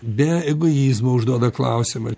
be egoizmo užduoda klausimą